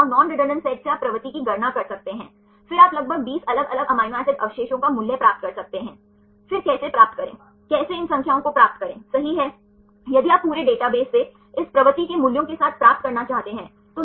इसलिए सभी ग्लोब्यूलर प्रोटीनों में से एक तिहाई अभी सभी अवशेषों के बीच सभी अवशेषों को मिलाते हैं क्योंकि मोड़ पॉलीपेप्टाइड श्रृंखला की दिशा को उलट देंगे